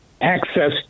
access